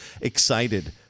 excited